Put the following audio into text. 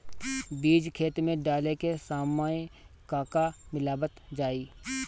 बीज खेत मे डाले के सामय का का मिलावल जाई?